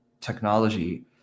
technology